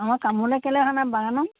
অঁ কামলৈ কেলৈ অহা নাই বাগনৰ